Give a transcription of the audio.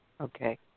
Okay